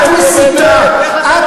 את מסיתה, איזה, נו באמת.